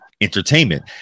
entertainment